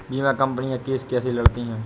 बीमा company case कैसे लड़ती है?